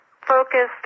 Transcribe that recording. focused